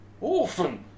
orphan